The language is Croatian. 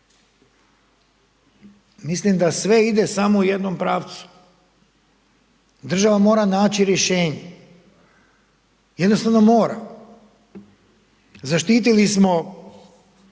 Mislim da sve ide samo u jednom pravcu. Država mora naći rješenje, jednostavno mora. Zaštitili smo